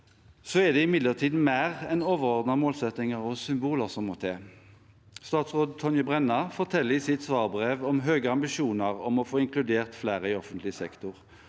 er det imidlertid mer enn overordnede målsettinger og symboler som må til. Statsråd Tonje Brenna forteller i sitt brev til komiteen om høye ambisjoner om å få inkludert flere i offentlig sektor,